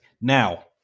now